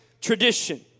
tradition